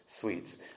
sweets